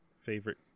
favorite